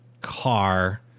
car